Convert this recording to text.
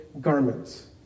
garments